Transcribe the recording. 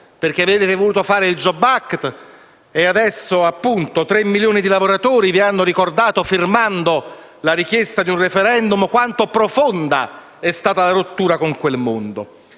perché avete voluto varare il *jobs act* e adesso tre milioni di lavoratori vi hanno ricordato, firmando la richiesta di un *referendum*, quanto profonda è stata la rottura con quel mondo.